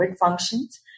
functions